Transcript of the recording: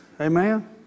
Amen